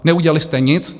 Neudělali jste nic.